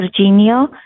Virginia